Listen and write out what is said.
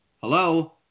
Hello